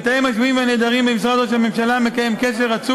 המתאם לענייני השבויים והנעדרים במשרד ראש הממשלה מקיים קשר רצוף